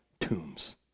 tombs